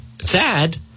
Sad